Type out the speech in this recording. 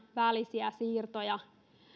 välisiä siirtoja